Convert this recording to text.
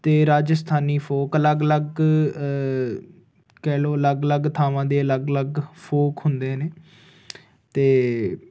ਤੇ ਰਾਜਸਥਾਨੀ ਫੋਕ ਅਲੱਗ ਅਲੱਗ ਕਹਿ ਲਓ ਅਲੱਗ ਅਲੱਗ ਥਾਵਾਂ ਦੇ ਅਲੱਗ ਅਲੱਗ ਫੋਕ ਹੁੰਦੇ ਨੇ ਤੇ